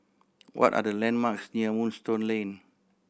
what are the landmarks near Moonstone Lane